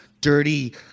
dirty